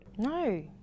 No